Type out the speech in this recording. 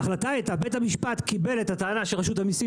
ההחלטה הייתה שבית המשפט קיבל את הטענה של רשות המיסים